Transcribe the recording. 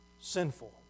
sinful